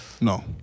no